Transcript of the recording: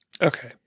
Okay